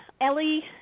Ellie